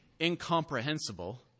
incomprehensible